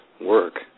work